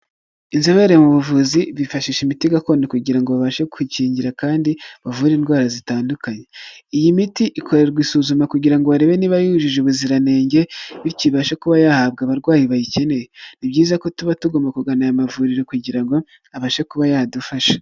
Inzobere mu buvuzi bifashisha imiti gakondo kugira ngo babashe gukingira kandi bavure indwara zitandukanye, iyi miti ikorerwa isuzuma kugira ngo barebe niba yujuje ubuziranenge, bityo ibafashe kuba yahabwa abarwayi bayikeneye. Ni byiza ko tuba tugomba kugana aya mavuriro kugira ngo abashe kuba yadufasha.